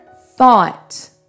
thought